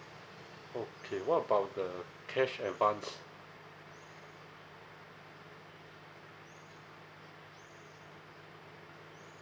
okay what about the cash advance